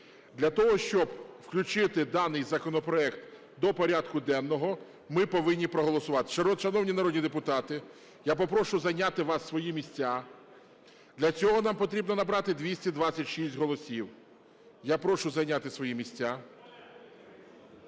Для того, щоб включити даний законопроект до порядку денного, ми повинні проголосувати. Шановні народні депутати, я попрошу зайняти вас свої місця, для цього нам потрібно набрати 226 голосів. Я прошу зайняти свої місця.